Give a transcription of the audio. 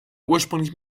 ursprünglich